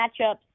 matchups